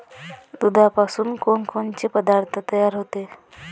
दुधापासून कोनकोनचे पदार्थ तयार होते?